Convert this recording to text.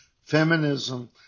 feminism